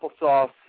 applesauce